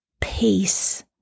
peace